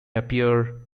appear